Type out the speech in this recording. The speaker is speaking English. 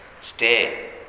stay